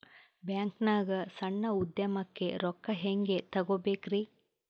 ಬ್ಯಾಂಕ್ನಾಗ ಸಣ್ಣ ಉದ್ಯಮಕ್ಕೆ ರೊಕ್ಕ ಹೆಂಗೆ ತಗೋಬೇಕ್ರಿ?